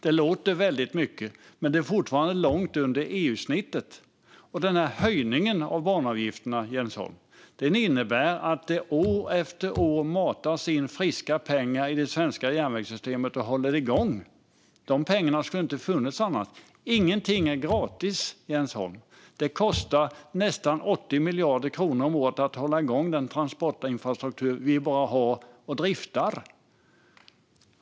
Det låter väldigt mycket, men det är fortfarande långt under EU-snittet. Och denna höjning av banavgifterna, Jens Holm, innebär att det år efter år matas in friska pengar som håller igång det svenska järnvägssystemet. De pengarna skulle inte ha funnits annars. Ingenting är gratis, Jens Holm. Det kostar nästan 80 miljarder kronor om året att hålla igång den transportinfrastruktur som vi driftar.